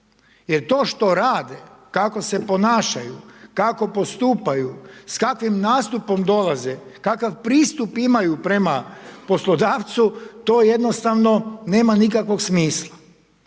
Jer to što rade, kako se ponašaju, kako postupaju, s kakvim nastupom dolaze, kakav pristup imaju prema poslodavcu, to jednostavno nema nikakvog smisla.